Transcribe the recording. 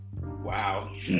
Wow